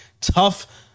Tough